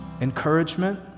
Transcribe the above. encouragement